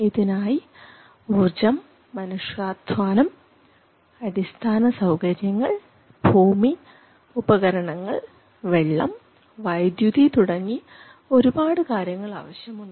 ഇതിനായി ഊർജ്ജം മനുഷ്യാധ്വാനം അടിസ്ഥാന സൌകര്യങ്ങൾ ഭൂമി ഉപകരണങ്ങൾ വെള്ളം വൈദ്യുതി തുടങ്ങി ഒരുപാട് കാര്യങ്ങൾ ആവശ്യമുണ്ട്